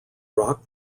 rock